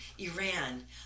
Iran